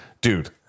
Dude